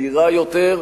מהירה יותר,